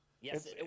Yes